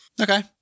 Okay